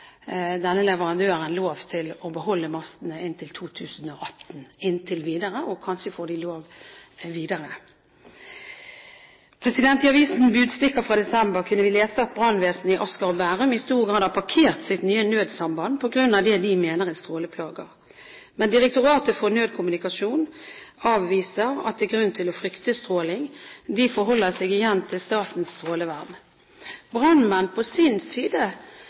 leverandøren lov til å beholde mastene til 2018 inntil videre, og kanskje får de lov videre. I avisen Budstikka fra desember kunne vi lese at brannvesenet i Asker og Bærum i stor grad har parkert sitt nye nødsamband på grunn av det de mener er stråleplager. Men Direktoratet for nødkommunikasjon avviser at det er grunn til å frykte stråling. De forholder seg igjen til Statens strålevern. Brannmenn på sin side